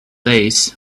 days